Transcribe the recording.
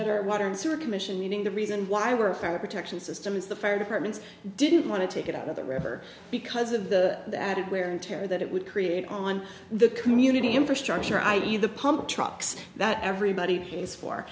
at our water and sewer commission meeting the reason why we're a fire protection system is the fire departments didn't want to take it out of the river because of the added wear and tear that it would create on the community infrastructure i e the pump trucks that everybody pays for